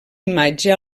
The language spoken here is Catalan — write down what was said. imatge